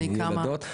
בני כמה?